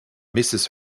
misses